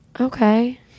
Okay